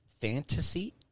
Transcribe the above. fantasy